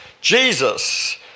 Jesus